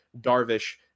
Darvish